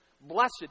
Blessed